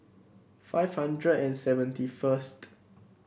five hundred and seventy first